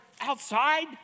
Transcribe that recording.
outside